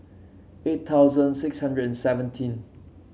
eight thousand six hundred and seventeen